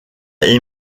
est